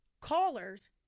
callers